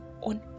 on